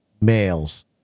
males